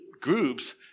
groups